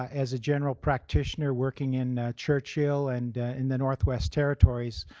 ah as a general practitioner, working in churchill and in the northwest territories,